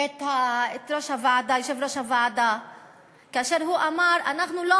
את יושב-ראש הוועדה כאשר הוא אמר: אנחנו לא